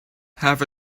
half